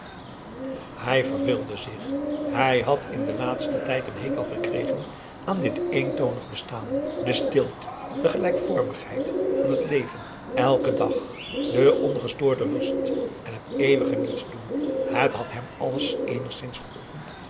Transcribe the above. hij verveelde zich hij had in den laatsten tijd n hekel gekregen aan dit eentonig bestaan de stilte de gelijkvormigheid van het leven elken dag de ongestoorde rust en het eeuwige nietsdoen het had hem alles eenigszins geoefend